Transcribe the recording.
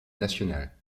nationale